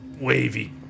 wavy